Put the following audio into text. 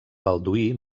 balduí